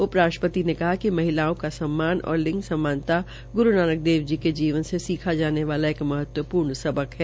उपराष्ट्रपति ने कहा कि महिलाओं का सम्मान और लिंग समानता ग्रू नानक देव जी के जीवन से सीखा जाने वाला एक महत्वपूर्ण सबक है